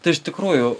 tai iš tikrųjų